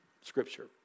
Scripture